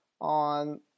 on